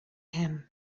him